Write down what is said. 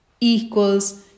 equals